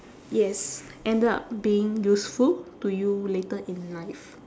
yes ended up being useful to you later in life